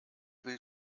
will